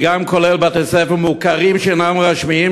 זה גם כולל בתי-ספר מוכרים שאינם רשמיים,